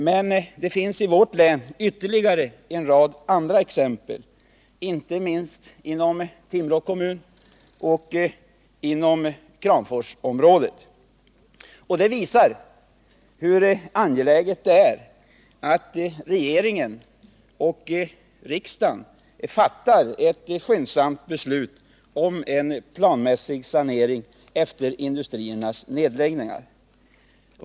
Men det finns i vårt län ytterligare en rad exempel, inte minst inom Timrå kommun och inom Kramforsområdet. Detta visar hur angeläget det är att regeringen och riksdagen fattar ett skyndsamt beslut om en planmässig sanering efter industriernas nedläggningar.